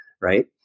right